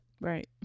right